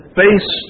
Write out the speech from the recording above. face